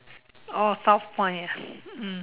oh South point ah mm